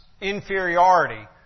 inferiority